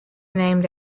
named